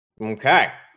Okay